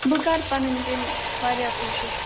بہٕ کَرٕ پَنٕنۍ کِنۍ واریاہ کوٗشِش